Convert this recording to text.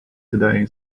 today